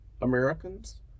Americans